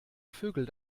vögel